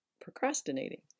procrastinating